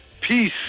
Peace